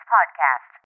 Podcast